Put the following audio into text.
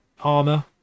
armor